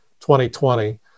2020